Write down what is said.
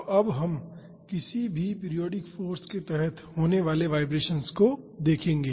तो अब हम किसी भी पीरियाडिक फाॅर्स के तहत होने वाले वाईब्रेशन्स को देखेंगे